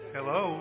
Hello